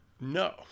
No